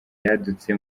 yadutse